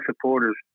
supporters